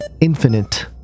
infinite